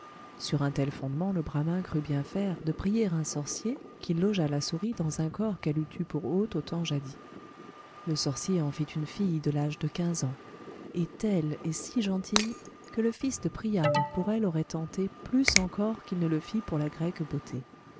sur un tel fondement le bramin crut bien faire de prier un sorcier qu'il logeât la souris dans un corps qu'elle eût eu pour hôte au temps jadis le sorcier en fit une fille de l'âge de quinze ans et telle et si gentille que le fils de priam pour elle aurait tenté plus encor qu'il ne fit pour la grecque beauté